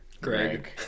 Greg